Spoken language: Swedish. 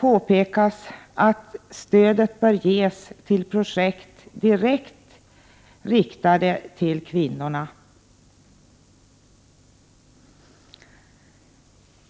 påpekas att stöd bör ges till projekt direkt riktade till kvinnorna.